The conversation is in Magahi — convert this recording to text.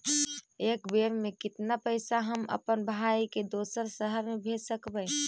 एक बेर मे कतना पैसा हम अपन भाइ के दोसर शहर मे भेज सकबै?